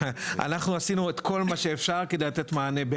אנחנו עשינו את כל מה שאפשר כדי לתת מענה.